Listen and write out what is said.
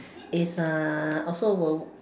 is uh also will